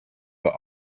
but